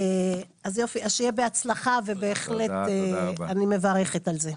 שיהיה בהצלחה ובהחלט אני מברכת על זה.